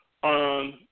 on